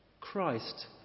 Christ